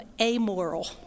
amoral